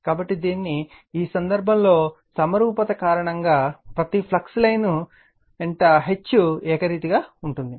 కాబట్టి దీనిని ఈ సందర్భంలో సమరూపత కారణంగా ప్రతి ఫ్లక్స్ లైన్స్ వెంట H ఏకరీతిగా ఉంటుంది